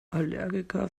allergiker